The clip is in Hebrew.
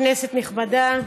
כנסת נכבדה,